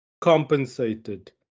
compensated